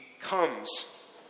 comes